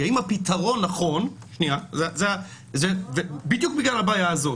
האם הפתרון נכון בדיוק בגלל הבעיה הזאת.